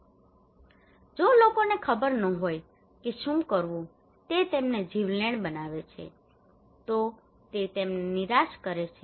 તેથી જો લોકોને ખબર ન હોય કે શું કરવું તે તેમને જીવલેણ બનાવે છે તો તે તેમને નિરાશ કરે છે